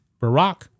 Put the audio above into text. Barack